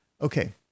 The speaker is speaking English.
okay